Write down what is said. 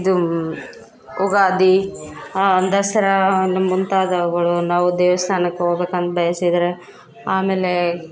ಇದು ಯುಗಾದಿ ದಸರಾ ನ ಮುಂತಾದವುಗಳು ನಾವು ದೇವ್ಸ್ಥಾನಕ್ಕೆ ಹೋಗ್ಬೇಕು ಅಂತ ಬಯಸಿದರೆ ಆಮೇಲೆ